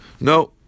No